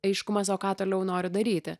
aiškumas o ką toliau noriu daryti